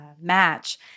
match